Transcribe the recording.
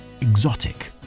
exotic